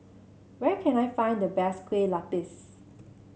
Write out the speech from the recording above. where can I find the best Kueh Lapis